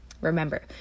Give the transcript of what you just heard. Remember